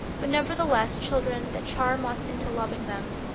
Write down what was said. but nevertheless, children that charm us into loving them.